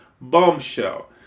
Bombshell